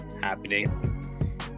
Happening